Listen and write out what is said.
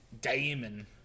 Daemon